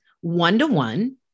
one-to-one